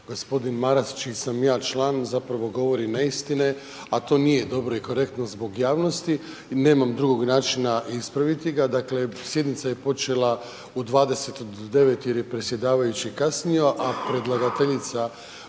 gospodin Maras, čiji sam ja član zapravo govori neistine, a to nije dobro i korektno zbog javnosti i nemam drugog načina ispraviti ga. Dakle, sjednica je počela u dvadeset do devet jer je predsjedavajući kasnio, a predlagateljica